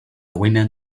woman